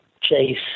chase